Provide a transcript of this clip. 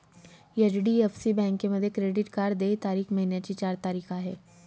HDFC बँकेमध्ये credit card देय तारीख महिन्याची चार तारीख आहे